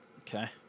Okay